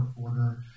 order